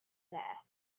there